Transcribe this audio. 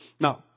Now